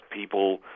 people